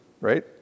right